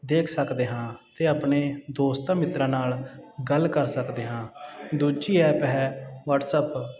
ਦੇਖ ਸਕਦੇ ਹਾਂ ਅਤੇ ਆਪਣੇ ਦੋਸਤਾਂ ਮਿੱਤਰਾਂ ਨਾਲ ਗੱਲ ਕਰ ਸਕਦੇ ਹਾਂ ਦੂਜੀ ਐਪ ਹੈ ਵਟਸਅਪ